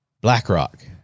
BlackRock